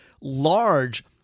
large